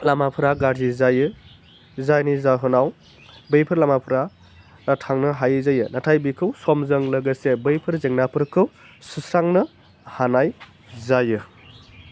लामाफोरा गाज्रि जायो जायनि जाहोनाव बैफोर लामाफोरा थांनो हायै जायो नाथाय बेखौ समजों लोगोसे बैफोर जेंनाफोरखौ सुस्रांनो हानाय जायो